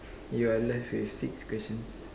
you are left with six questions